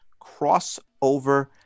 crossover